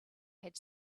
had